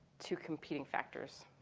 two competing factors,